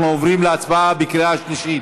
אנחנו עוברים להצבעה בקריאה שלישית.